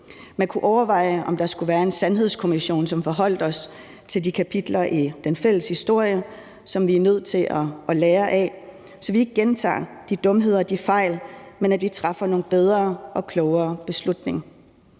Man kunne overveje, om der skulle være en sandhedskommission, som foreholdt os de kapitler i den fælles historie, som vi er nødt til at lære af, så vi ikke gentager de dumheder og de fejl, men træffer nogle bedre og klogere beslutninger.